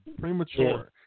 Premature